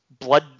blood